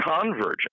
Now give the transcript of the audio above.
convergence